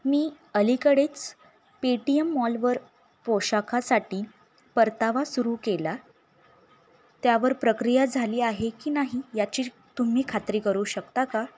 मी अलीकडेच पेटीयम मॉलवर पोशाखासाठी परतावा सुरू केला त्यावर प्रक्रिया झाली आहे की नाही याची तुम्ही खात्री करू शकता का